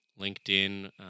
LinkedIn